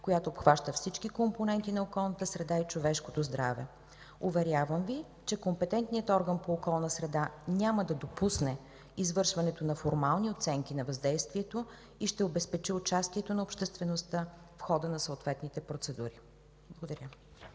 която обхваща всички компоненти на околната среда и човешко здраве. Уверявам Ви, че компетентният орган по околна среда няма да допусне извършването на формални оценки на въздействието и ще обезпечи участието на обществеността в хода на съответните процедури.